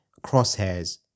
crosshairs